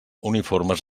uniformes